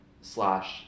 slash